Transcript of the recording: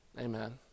Amen